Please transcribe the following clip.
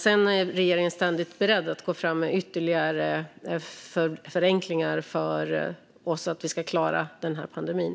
Sedan är regeringen ständigt beredd att gå fram med ytterligare förenklingar för att klara pandemin.